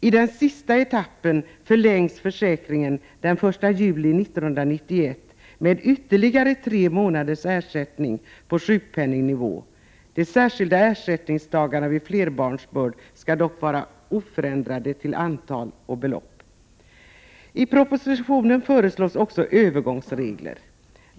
I den sista etappen förlängs försäkringen den 1 juli 1991 med ytterligare tre månaders ersättning på sjukpenningnivå. De särskilda ersättningsdagarna vid flerbarnsbörd skall dock vara oförändrade till antal och belopp. I propositionen föreslås också övergångsregler.